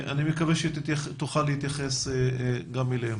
אני מקווה שתוכל להתייחס גם אליהן.